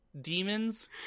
demons